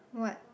what